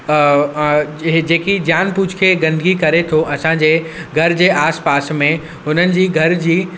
ज जेकी जानपूछ्के गंदगी करे थो असांजे घर जे आस पास में हुननि जी घर जी